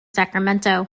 sacramento